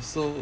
so